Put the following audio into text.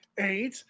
Eight